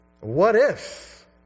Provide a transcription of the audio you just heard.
what-if